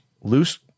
loose